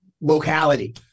locality